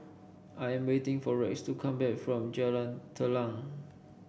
I am waiting for Rex to come back from Jalan Telang